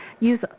Use